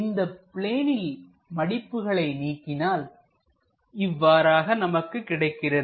இந்த பிளேனின் மடிப்புகளை நீக்கினால்இவ்வாறாக நமக்கு கிடைக்கிறது